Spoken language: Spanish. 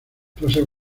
clases